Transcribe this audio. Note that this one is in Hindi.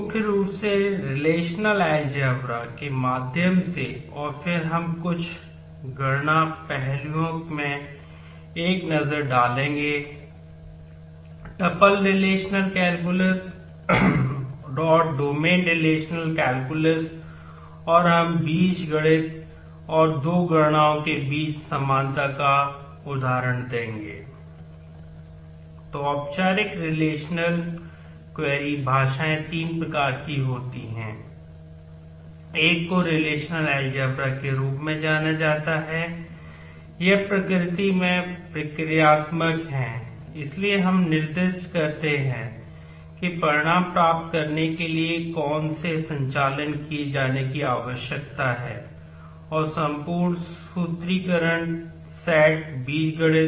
मुख्य रूप से रिलेशनल अलजेब्रा और हम बीजगणित और दो गणनाओं के बीच समानता का उदाहरण देंगे